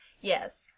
Yes